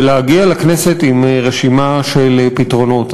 ולהגיע לכנסת עם רשימה של פתרונות.